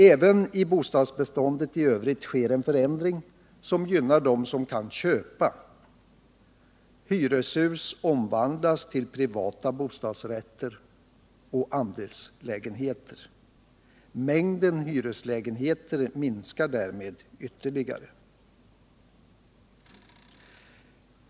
Även i bostadsbeståndet i övrigt sker en förändring som gynnar dem som kan köpa — hyreshus omvandlas till privata bostadsrätter och andelslägenheter. Mängden hyreslägenheter minskar därmed ytterligare.